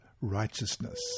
righteousness